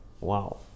Wow